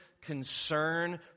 concern